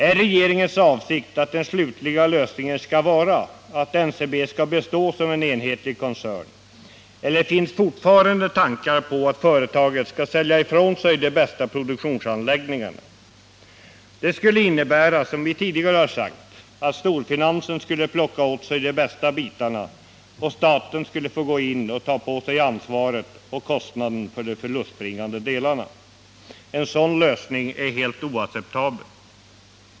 Är det regeringens avsikt att den slutliga lösningen skall vara att NCB skall bestå som en enhetlig koncern eller finns det fortfarande tankar på att företaget skall sälja ifrån sig de bästa produktionsanläggningarna? Det skulle, som vi tidigare har sagt, innebära att storfinansen skulle plocka åt sig de bästa bitarna och att staten skulle få gå in och ta på sig både ansvaret och kostnaden för de förlustbringande delarna. En sådan lösning är helt oacceptabel.